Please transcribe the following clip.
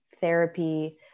therapy